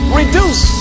reduce